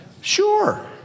Sure